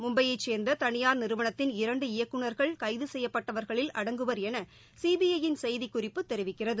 மும்பையை சேர்ந்த தனியார் நிறுவனத்தின் இரண்டு இயக்குனர்கள் கைது செய்யப்பட்டவர்களில் அடங்குவர் என சிபிஐ யின் செய்திக்குறிப்பு தெரிவிக்கிறது